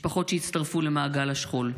משפחות שהצטרפו למעגל השכול.